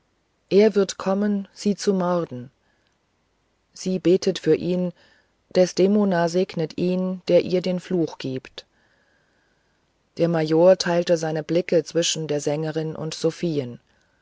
er wird kommen sie zu morden sie betet für ihn desdemona segnet ihn der ihr den fluch gibt der major teilte seine blicke zwischen der sängerin und sophien